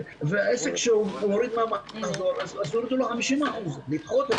עסק שמוריד מהמחזור יורידו לו 50%. לדחות את